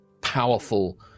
powerful